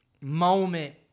moment